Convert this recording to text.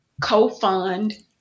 co-fund